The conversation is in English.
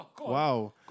Wow